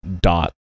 Dot